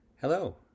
Hello